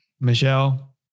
Michelle